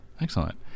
Excellent